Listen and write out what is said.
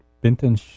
Benton